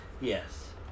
Yes